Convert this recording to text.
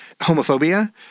Homophobia